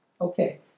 Okay